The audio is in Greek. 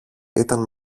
ήταν